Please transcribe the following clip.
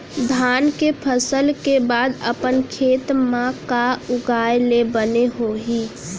धान के फसल के बाद अपन खेत मा का उगाए ले बने होही?